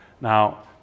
Now